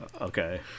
Okay